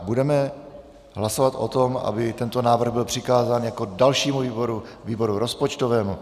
Budeme hlasovat o tom, aby tento návrh byl přikázán jako dalšímu výboru výboru rozpočtovému.